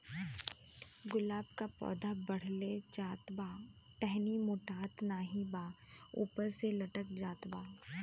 गुलाब क पौधा बढ़ले जात बा टहनी मोटात नाहीं बा ऊपर से लटक जात बा?